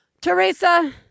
Teresa